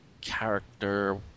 character